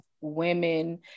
women